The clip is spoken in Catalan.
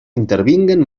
intervinguen